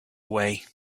away